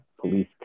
police